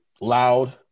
loud